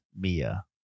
Mia